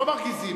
לא מרגיזים.